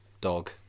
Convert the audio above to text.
Dog